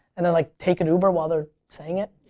and they're like take an uber while they're saying it.